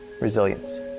Resilience